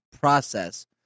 process